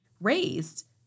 raised